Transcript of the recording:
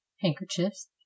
handkerchiefs